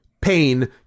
pain